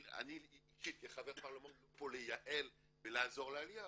אני אישית כחבר פרלמנט לא פה לייעל ולעזור לעליה,